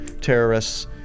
terrorists